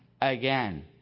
again